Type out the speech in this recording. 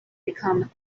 become